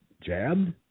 jabbed